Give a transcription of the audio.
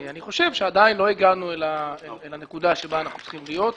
אני חושב שעדיין לא הגענו אל הנקודה שבה אנחנו צריכים להיות,